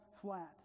flat